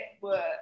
work